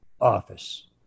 office